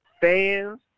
fans